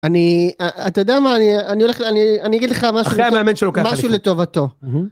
אני, אתה יודע מה, אני הולך, אני אגיד לך משהו, משהו לטובתו.